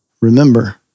remember